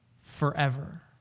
forever